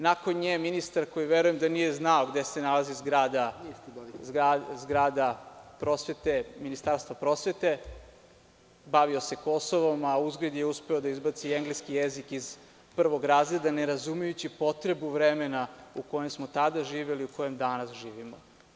Nakon nje ministar koji verujem da nije znao gde se nalazi zgrada Ministarstva prosvete bavio se Kosovom, a uzgred je uspeo da izbaci engleski jezik iz prvog razreda, ne razumejući potrebu vremena u kojem smo tada živeli i u kojem danas živimo.